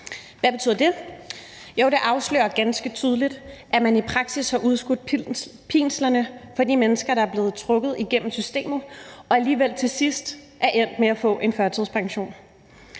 Hvad betyder det? Jo, det afslører ganske tydeligt, at man i praksis har udskudt pinslerne for de mennesker, der er blevet trukket igennem systemet og alligevel til sidst er endt med at få en førtidspension.